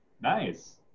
Nice